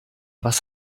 was